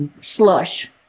slush